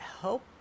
help